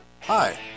Hi